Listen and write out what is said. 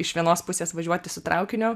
iš vienos pusės važiuoti su traukiniu